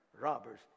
robbers